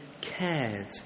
cared